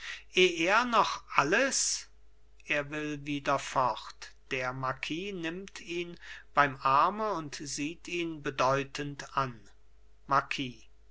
er noch alles er will wieder fort der marquis nimmt ihn beim arme und sieht ihn bedeutend an